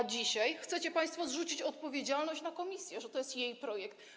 A dzisiaj chcecie państwo zrzucić odpowiedzialność na komisję, że to jest jej projekt.